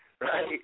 right